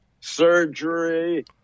surgery